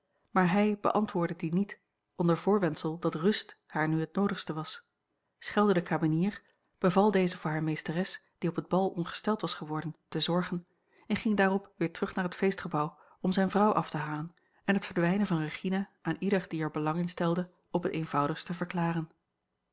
maar hij beantwoordde die niet onder voorwendsel dat rust haar nu het noodigste was schelde de kamenier beval deze voor hare meesteres die op het bal ongesteld was geworden te zorgen en ging daarop weer terug naar het feestgebouw om zijne vrouw af te halen en het verdwijnen van regina aan ieder die er belang in stelde op het eenvoudigst te verklaren